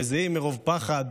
מזיעים מרוב פחד,